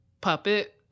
puppet